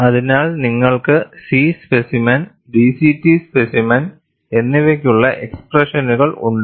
അതിനാൽ നിങ്ങൾക്ക് C specimen DCT specimen എന്നിവയ്ക്കുള്ള എക്സ്പ്രഷനുകൾ ഉണ്ട്